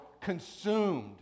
consumed